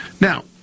Now